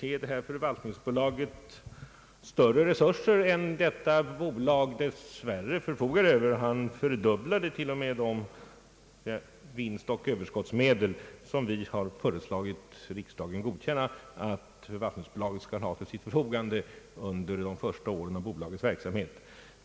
ge det statliga förvaltningsbolaget större resurser än bolaget dess värre förfogar över. Han fördubblade t.o.m. de vinstoch överskottsmedel som vi föreslagit riksdagen att godkänna att förvaltningsbolaget skall ha till sitt förfogande under de första åren av bolagets verksamhet.